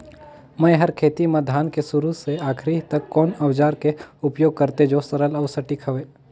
मै हर खेती म धान के शुरू से आखिरी तक कोन औजार के उपयोग करते जो सरल अउ सटीक हवे?